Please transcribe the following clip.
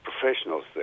professionals